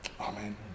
Amen